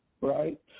right